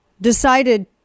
decided